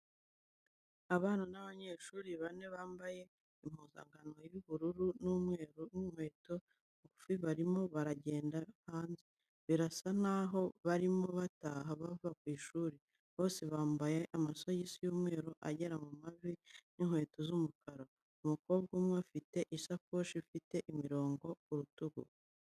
Abana b'abanyeshuri bane bambaye impuzankano y'ubururu n'umweru n'inkweto ngufi, barimo baragenda hanze. Birasa naho barimo bataha bava ku ishuri. Bose bambaye amasogisi y'umweru agera mu mavi n'inkweto z'umukara. Umukobwa umwe afite isakoshi ifite imirongo ku rutugu.